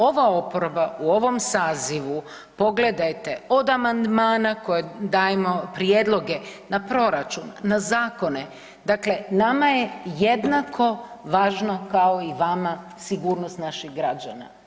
Ova oporba u ovom sazivu pogledajte od amandmana koje dajemo prijedloge na proračun, na zakone, dakle nama je jednako važno kao i vama sigurnost naših građana.